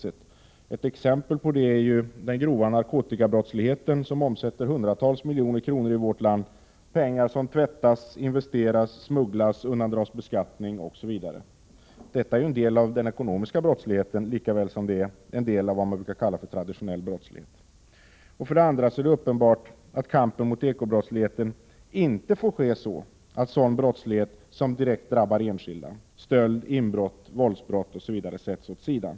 Ett exempel härpå är den grova narkotikabrottsligheten, som omsätter hundratals miljoner i vårt land, pengar som tvättas, investeras, smugglas, undandras beskattning, osv. Detta är ju en del av den ekonomiska brottsligheten, lika väl som det är en del av vad man brukar kalla traditionell brottslighet. För det andra är det uppenbart att kampen mot eko-brottsligheten inte får ske så att sådan brottslighet som direkt drabbar enskilda — stöld, inbrott, våldsbrott osv. — sätts åt sidan.